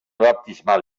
baptismal